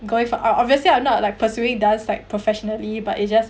going for art obviously I'm not like pursuing dance like professionally but it's just like